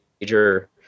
major